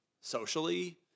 socially